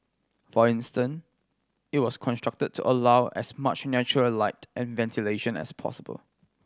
for instance it was constructed to allow as much natural light and ventilation as possible